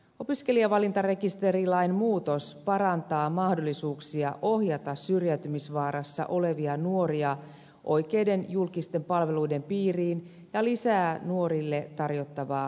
opiskelijavalintarekisterilain muutos parantaa mahdollisuuksia ohjata syrjäytymisvaarassa olevia nuoria oikeiden julkisten palveluiden piiriin ja lisää nuorille tarjottavaa varhaista tukea